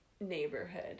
neighborhood